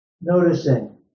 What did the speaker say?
Noticing